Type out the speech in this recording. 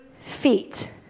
feet